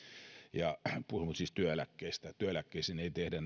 ja puhun siis työeläkkeistä työeläkkeisiin ei tehdä